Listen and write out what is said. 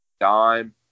dime